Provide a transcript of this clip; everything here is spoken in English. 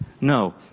No